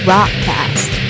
Rockcast